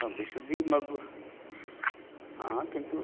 हा विशुद्धिः हा किन्तु